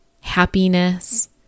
happiness